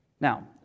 Now